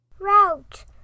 Route